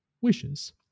Wishes